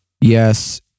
Yes